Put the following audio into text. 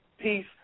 Peace